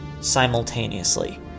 Simultaneously